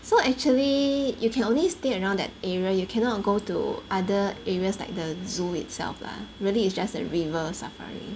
so actually you can only stay around that area you cannot go to other areas like the zoo itself lah really it's just the River Safari